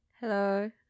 Hello